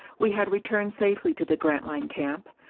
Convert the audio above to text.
we had returned safely to the grantline camp.